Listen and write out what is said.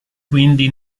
quindi